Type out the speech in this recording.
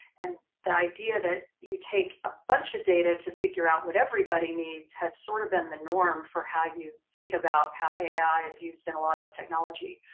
and the idea that you take a bunch of data to figure out what everybody needs has sort of been the norm for how you think about how ai is used in a lot of technology.